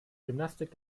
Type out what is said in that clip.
gymnastik